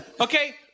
Okay